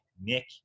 Nick